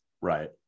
right